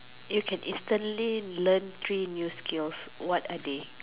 you can instantly learn three new skills what are they